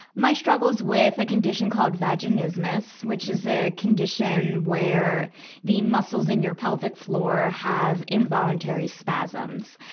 my struggles with a condition called vaginismus, which is a condition where the muscles in your pelvic floor have involuntary spasms.